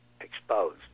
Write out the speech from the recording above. exposed